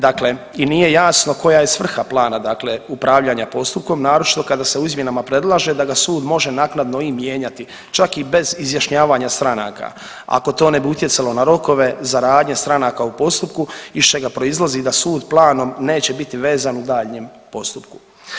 Dakle i nije jasno koja je svrha plana, dakle upravljanja postupkom naročito kada se u izmjenama predlaže da ga sud može naknadno i mijenjati čak i bez izjašnjavanja stranaka ako to ne bi utjecalo na rokove za radnje stranaka u postupku iz čega proizlazi da sud planom neće biti vezan u daljnjem postupku.